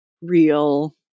real